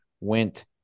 went